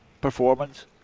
performance